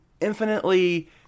infinitely